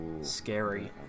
Scary